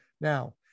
Now